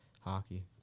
hockey